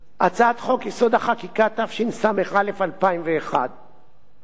התשס"א 2001. זו הצעת חוק מטעם ועדת החוקה,